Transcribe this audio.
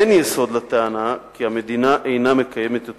אין יסוד לטענה כי המדינה אינה מקיימת את